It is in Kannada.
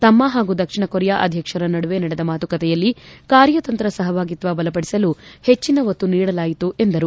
ತಮ್ನ ಹಾಗೂ ದಕ್ಷಿಣ ಕೊರಿಯಾ ಅಧ್ಯಕ್ಷರ ನಡುವೆ ನಡೆದ ಮಾತುಕತೆಯಲ್ಲಿ ಕಾರ್ಯತಂತ್ರ ಸಹಭಾಗಿತ್ವ ಬಲಪಡಿಸಲು ಹೆಚ್ಚಿನ ಒತ್ತು ನೀಡಲಾಯಿತು ಎಂದರು